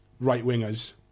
right-wingers